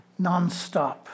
nonstop